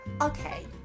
okay